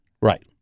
Right